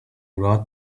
rode